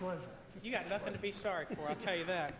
well you got nothing to be sorry for i tell you that